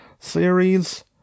Series